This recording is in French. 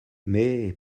mais